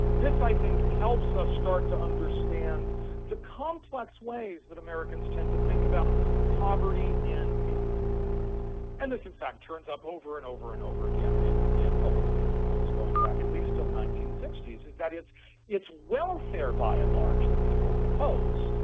this i think helps us start to understand the complex ways that americans tend to think about poverty and aid and this, in fact, turns up over and over and over again public opinion polls going back at least until the nineteen sixty s, is that it's it's welfare by and large that people oppose,